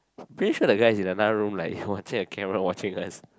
I'm pretty sure that guy is in another room like watching a camera watching us